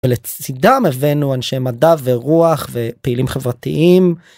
לצדם הבאנו אנשי מדע ורוח ופעילים חברתיים.